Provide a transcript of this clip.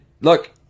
look